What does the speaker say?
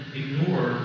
ignore